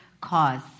cause